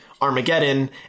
Armageddon